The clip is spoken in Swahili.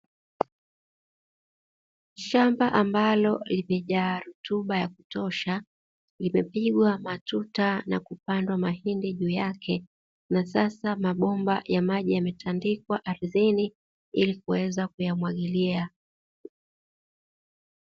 Shamba ambalo limejaa rutuba ya kutosha, limepigwa matuta na kupandwa mahindi juu yake na sasa mabomba ya maji yametandikwa ardhini ili kuweza kuyamwagilia.